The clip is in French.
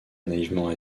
naïvement